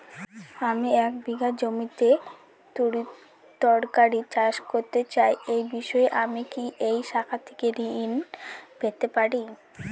আমি এক বিঘা জমিতে তরিতরকারি চাষ করতে চাই এই বিষয়ে আমি কি এই শাখা থেকে কোন ঋণ পেতে পারি?